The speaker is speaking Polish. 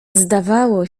zdawało